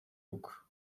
book